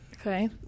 Okay